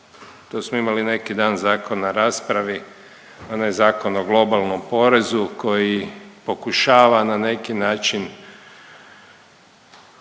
tu smo imali neki dan zakon na raspravi, onaj Zakon o globalnom porezu, koji pokušava na neki način